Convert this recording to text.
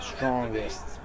Strongest